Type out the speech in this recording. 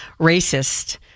racist